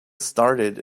started